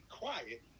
quiet